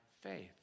faith